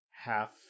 half